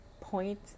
point